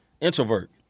Introvert